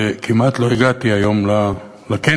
שכמעט לא הגעתי היום לכנס.